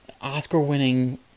Oscar-winning